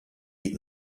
eat